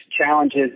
challenges